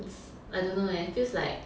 it's I don't know leh feels like